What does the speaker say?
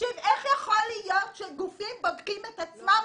איך יכול להיות שגופים בודקים את עצמם?